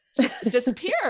disappear